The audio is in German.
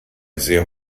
sehr